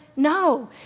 No